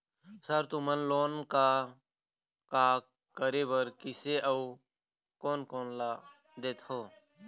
Sir तुमन loan का का करें बर, किसे अउ कोन कोन ला देथों?